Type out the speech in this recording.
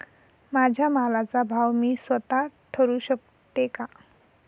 माझ्या मालाचा भाव मी स्वत: ठरवू शकते का?